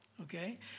okay